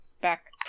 back